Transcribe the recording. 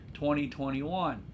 2021